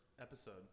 episode